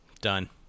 Done